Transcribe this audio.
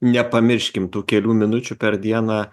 nepamirškim tų kelių minučių per dieną